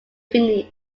finnish